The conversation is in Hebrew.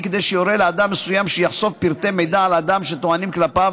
כדי שיורה לאדם מסוים שיחשוף פרטי מידע על האדם שטוענים כלפיו